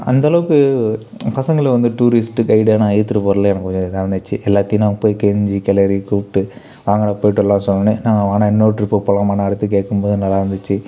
அந்தளவுக்கு பசங்களும் வந்து டூரிஸ்ட்டு கைடாக நான் ஈத்துட்டு போகறதுல எனக்கு இதாக இருந்துச்சு எல்லாத்தையும் நான் போய் கெஞ்சி கெலரி கூப்பிட்டு வாங்கடா போயிட்டு வரலாம் சொன்னோனே அண்ணே வாங்கண்ணே இன்னோரு ட்ரிப்பு போகலாமான்னு அடுத்து கேட்கும்போது நல்லா இருந்துச்சு